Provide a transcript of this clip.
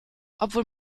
obwohl